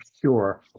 Sure